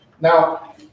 Now